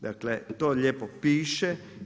Dakle to lijepo piše.